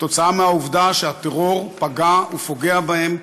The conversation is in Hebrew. כתוצאה מהעובדה שהטרור פגע ופוגע בהן.